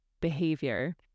behavior